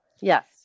Yes